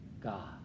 God